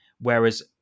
whereas